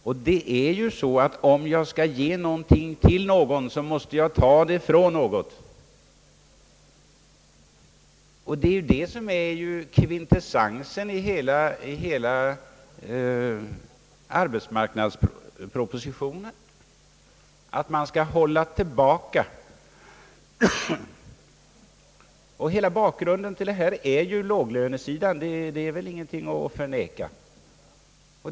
Det förhåller sig dock så att om jag skall ge någonting till någon måste jag ta det från något. Detta är kvintessensen i hela arbetsmarknadspropositionen att man skall hålla tillbaka vissa branscher. Hela bakgrunden till detta är låglöneproblemet, det går väl inte att förneka.